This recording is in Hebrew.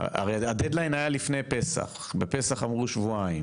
הרי הדד-ליין היה לפני פסח, בפסח אמרו שבועיים,